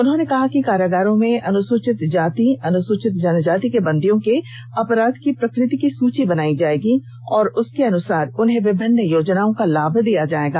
उन्होंने कहा कि कारागारों में अनुसूचित जाति और अनुसूचित जनजाति के बंदियों के अपराध की प्रकृति की सूची बनाई जाएगी और उसके अनुसार उन्हें विभिन्न योजनाओं का लाभ दिया जाएगा